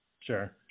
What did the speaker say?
Sure